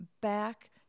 back